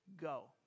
go